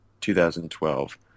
2012